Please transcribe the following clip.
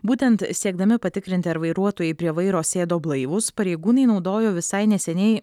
būtent siekdami patikrinti ar vairuotojai prie vairo sėdo blaivūs pareigūnai naudojo visai neseniai